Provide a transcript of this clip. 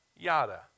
Yada